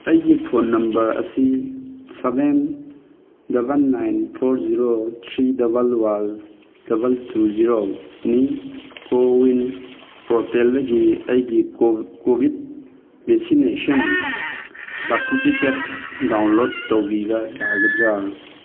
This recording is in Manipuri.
ꯑꯩꯒꯤ ꯐꯣꯟ ꯅꯝꯕꯔ ꯑꯁꯤ seven double nine four zero three double one double two zero ꯅꯤ ꯀꯣꯋꯤꯟ ꯄꯣꯔꯇꯦꯜꯗꯒꯤ ꯑꯩꯒꯤ ꯀꯣꯕꯤꯠ ꯕꯦꯛꯁꯤꯅꯦꯁꯟ ꯁꯥꯔꯇꯤꯐꯤꯀꯦꯠ ꯗꯥꯎꯟꯂꯣꯗ ꯇꯧꯕꯤꯕ ꯌꯥꯒꯗ꯭ꯔꯥ